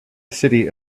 city